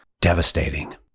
devastating